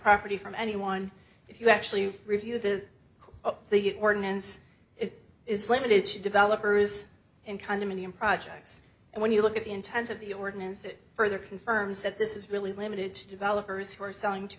property from anyone if you actually review the the ordinance it is limited to developers and condominium projects and when you look at the intent of the ordinance it further confirms that this is really limited to developers who are selling to